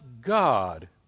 God